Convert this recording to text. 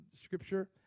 scripture